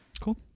Cool